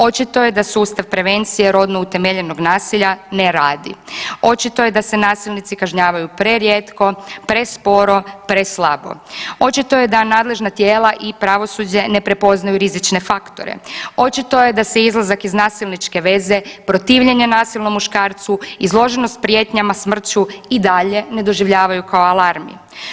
Očito je da sustav prevencije rodno utemeljenog nasilja ne radi, očito je da se nasilnici kažnjavaju prerijetko, presporo, preslabo, očito je da nadležna tijela i pravosuđe ne prepoznaju rizične faktore, očito je da se izlazak iz nasilničke veze, protivljenje nasilnom muškarcu, izloženost prijetnjama smrću i dalje ne doživljavaju kao alarmi.